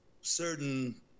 certain